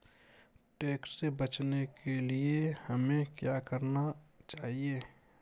Tax से बचने के लिए हमें क्या करना चाहिए?